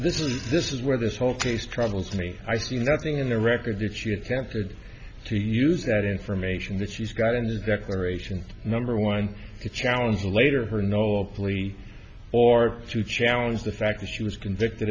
this is this is where this whole case troubles me i see nothing in the records if she attempted to use that information that she's gotten this declaration number one to challenge later her no plea or to challenge the fact that she was convicted